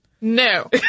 No